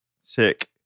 Sick